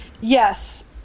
Yes